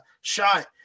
shot